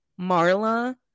Marla